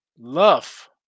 Love